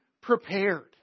prepared